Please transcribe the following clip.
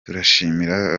turashimira